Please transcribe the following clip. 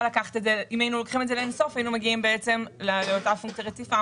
אם היינו לוקחים את זה לאין-סוף היינו מגיעים בעצם לאותה טבעת רציפה.